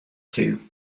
two